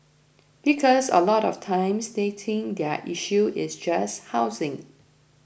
because a lot of times they think their issue is just housing